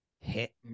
hit